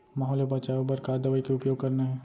माहो ले बचाओ बर का दवई के उपयोग करना हे?